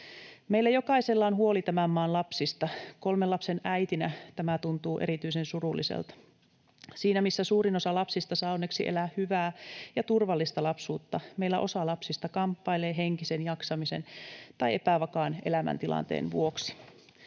Meillä jokaisella on huoli tämän maan lapsista. Kolmen lapsen äitinä tämä tuntuu erityisen surulliselta. Siinä missä suurin osa lapsista saa onneksi elää hyvää ja turvallista lapsuutta, meillä osa lapsista kamppailee henkisen jaksamisen tai epävakaan elämäntilanteen vuoksi.